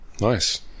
Nice